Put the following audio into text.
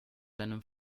deinem